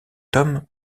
tom